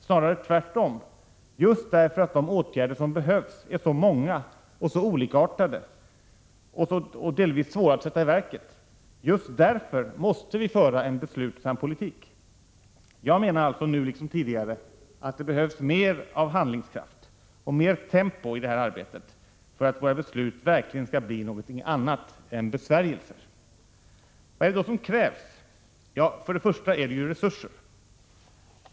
Snarare tvärtom — just därför att de åtgärder som behövs är så många och olikartade och delvis svåra att sätta i verket, just därför måste vi föra en beslutsam politik. Jag menar alltså nu liksom tidigare att det behövs mer av handlingskraft och mer tempo i det här arbetet för att våra beslut verkligen skall bli något annat än besvärjelser. Vad är det då som krävs? Ja, först och främst är det ju resurser.